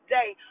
day